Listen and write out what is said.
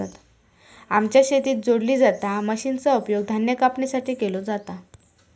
आमच्या शेतात जोडली जाता मशीनचा उपयोग धान्य कापणीसाठी केलो जाता